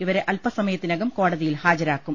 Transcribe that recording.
ഇവരെ അല്പസമയത്തി നകം കോടതിയിൽ ഹാജരാക്കും